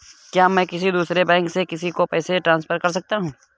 क्या मैं किसी दूसरे बैंक से किसी को पैसे ट्रांसफर कर सकता हूँ?